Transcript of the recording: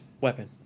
weapon